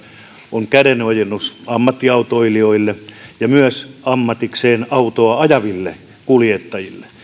on kädenojennus ammattiautoilijoille ja myös ammatikseen autoa ajaville kuljettajille